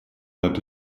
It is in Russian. это